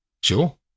Sure